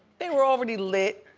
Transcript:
they were already lit.